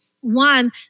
One